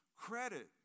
credit